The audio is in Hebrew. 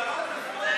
לא מעבר לזה.